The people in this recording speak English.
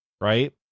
right